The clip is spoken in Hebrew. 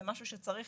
זה מצריך